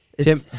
Tim